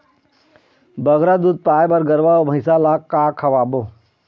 बगरा दूध पाए बर गरवा अऊ भैंसा ला का खवाबो?